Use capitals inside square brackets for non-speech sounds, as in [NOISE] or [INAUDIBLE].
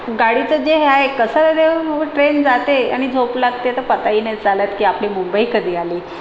गाडीचं जे हे आहे कसं [UNINTELLIGIBLE] जे ट्रेन जाते आणि झोप लागते तर पताही नाही चालत की आपली मुंबई कधी आली